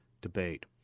debate